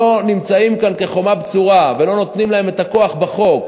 נמצאים כאן כחומה בצורה ולא נותנים להם את הכוח בחוק,